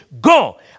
go